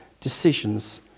decisions